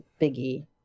Biggie